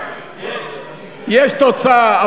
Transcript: יש תוצאה,